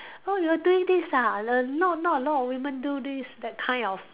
oh you are doing this ah n~ not not a lot of women do this that kind of